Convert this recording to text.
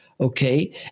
Okay